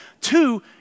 Two